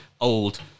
old